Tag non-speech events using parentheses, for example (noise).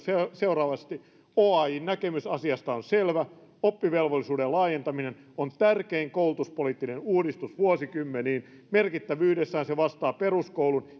seuraavasti oajn näkemys asiassa on selvä oppivelvollisuuden laajentaminen on tärkein koulutuspoliittinen uudistus vuosikymmeniin merkittävyydessään se vastaa peruskoulun (unintelligible)